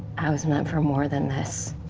i was meant for more than this.